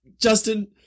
Justin